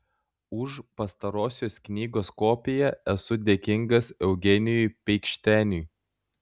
už pastarosios knygos kopiją esu dėkingas eugenijui peikšteniui